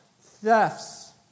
Thefts